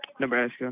Nebraska